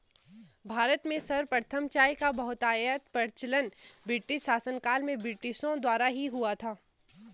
भारत में सर्वप्रथम चाय का बहुतायत प्रचलन ब्रिटिश शासनकाल में ब्रिटिशों द्वारा ही हुआ था